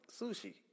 sushi